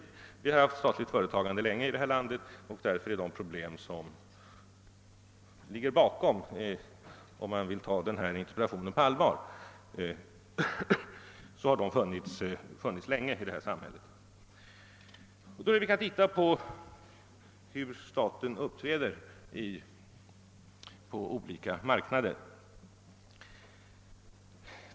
Vi har haft statligt företagande länge i detta land, och därför har också problemen funnits länge. Låt oss då se på hur staten uppträder på olika marknader.